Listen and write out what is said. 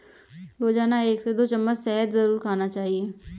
रोजाना एक से दो चम्मच शहद जरुर खाना चाहिए